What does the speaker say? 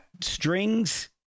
strings